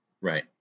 right